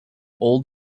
old